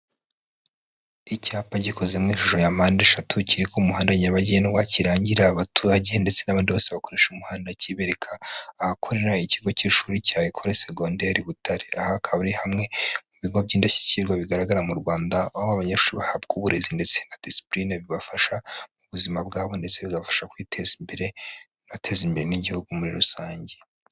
Icyapa gikoze mu ishusho ya mpande eshatu kiri ku muhanda nyabagendwa, kirangira abaturage ndetse n'abandi bose bakoresha umuhanda Kibereka ahakorera ikigo cy'ishuri cya école secondaire Butare. Aha hakaba ari hamwe mu bigo by'indashyikirwa bigaragara mu Rwanda, aho aba banyeshuri bahabwa uburezi ndetse na displine bibafasha mu buzima bwabo, ndetse bibafasha kwiteza imbere bateza imbere n'igihugu muri rusange.